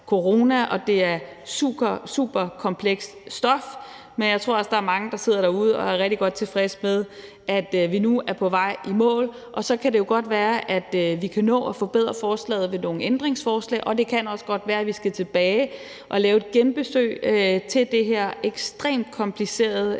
og det er super komplekst stof, men jeg tror også, der er mange, der sidder derude og er rigtig godt tilfredse med, at vi nu er på vej i mål. Og så kan det jo godt være, at vi kan nå at forbedre forslaget med nogle ændringsforslag, og det kan også være, at vi skal tilbage og lave et genbesøg af det her ekstremt komplicerede